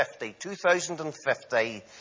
2050